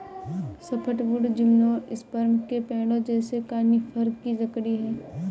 softwood gymnosperm के पेड़ों जैसे कॉनिफ़र की लकड़ी है